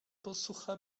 posucha